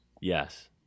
Yes